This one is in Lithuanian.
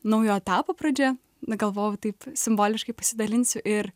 naujo etapo pradžia na galvojau taip simboliškai pasidalinsiu ir